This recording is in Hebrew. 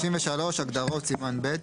סעיף 53. הגדרות, סימן ב'.